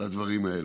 בדברים האלה.